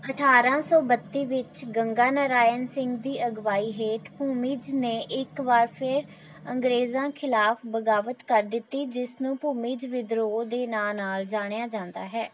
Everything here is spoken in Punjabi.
ਅਠਾਰਾਂ ਸੌ ਬੱਤੀ ਵਿੱਚ ਗੰਗਾ ਨਾਰਾਇਣ ਸਿੰਘ ਦੀ ਅਗਵਾਈ ਹੇਠ ਭੂਮਿਜ ਨੇ ਇੱਕ ਵਾਰ ਫੇਰ ਅੰਗਰੇਜ਼ਾਂ ਖ਼ਿਲਾਫ਼ ਬਗਾਵਤ ਕਰ ਦਿੱਤੀ ਜਿਸ ਨੂੰ ਭੂਮਿਜ ਵਿਦਰੋਹ ਦੇ ਨਾਂ ਨਾਲ ਜਾਣਿਆ ਜਾਂਦਾ ਹੈ